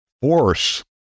force